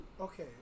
okay